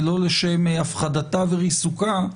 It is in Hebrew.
ולא לשם הפחדתה וריסוקה,